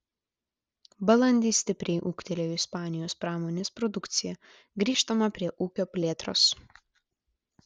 balandį stipriai ūgtelėjo ispanijos pramonės produkcija grįžtama prie ūkio plėtros